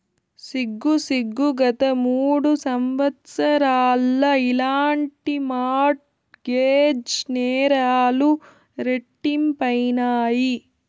సిగ్గు సిగ్గు, గత మూడు సంవత్సరాల్ల ఇలాంటి మార్ట్ గేజ్ నేరాలు రెట్టింపైనాయి